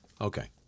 Okay